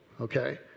okay